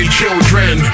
children